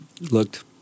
looked